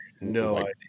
no